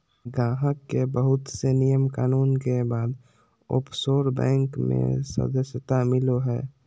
गाहक के बहुत से नियम कानून के बाद ओफशोर बैंक मे सदस्यता मिलो हय